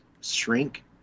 shrink